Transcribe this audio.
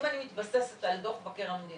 אם אני מתבססת על דוח מבקר המדינה,